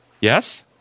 Yes